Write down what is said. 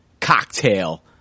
cocktail